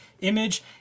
image